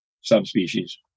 subspecies